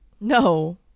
No